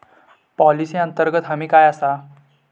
Policy अंतर्गत हमी काय आसा?